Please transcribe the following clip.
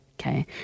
Okay